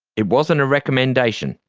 it wasn't a recommendation,